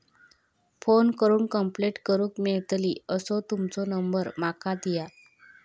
Phone करून complaint करूक मेलतली असो तुमचो नंबर माका दिया?